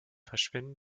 verschwinden